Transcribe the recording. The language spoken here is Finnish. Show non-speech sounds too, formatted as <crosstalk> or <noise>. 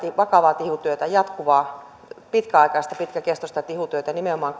vakavaa tihutyötä jatkuvaa pitkäaikaista pitkäkestoista tihutyötä kohdistunut nimenomaan <unintelligible>